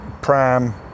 pram